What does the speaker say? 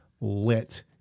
lit